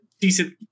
decent